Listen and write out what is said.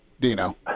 Dino